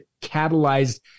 catalyzed